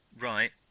Right